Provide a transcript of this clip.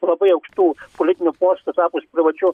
labai aukštų politinių postų tapus privačiu